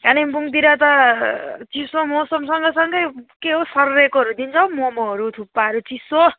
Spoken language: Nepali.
कालिम्पोङतिर त चिसो मौसम सँगसँगै के हो सर्रेकोहरू दिन्छ हौ मोमोहरू थुक्पाहरू चिसो